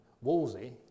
Wolsey